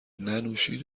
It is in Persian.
ننوشید